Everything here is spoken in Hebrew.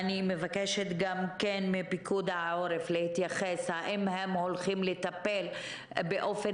אני גם מבקשת מפיקוד העורף להתייחס האם הם הולכים לטפל באופן